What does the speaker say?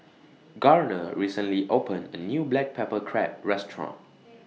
Garner recently opened A New Black Pepper Crab Restaurant